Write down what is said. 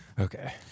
Okay